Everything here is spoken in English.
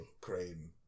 Crane